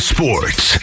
Sports